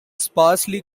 sparsely